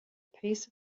piece